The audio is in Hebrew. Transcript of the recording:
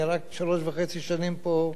אני רק שלוש וחצי שנים פה.